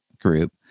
group